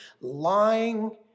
lying